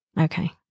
Okay